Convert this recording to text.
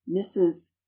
mrs